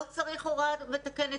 לא צריך הוראה מתקנת?